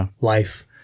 life